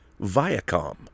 Viacom